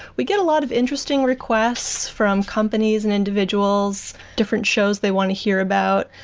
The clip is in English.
we get a lot of interesting requests from companies and individuals, different shows they want to hear about,